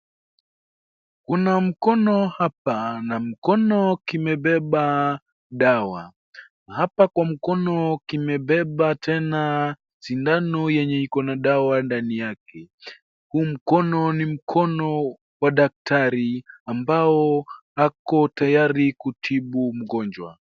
Kuna mkono hapa na mkono kimebeba dawa, na hapa kwa mkono kimebeba tena sindano yenye iko na dawa ndani yake. Huu mkono ni mkono wa daktari ambao ako tayari kutibu mgonjwa.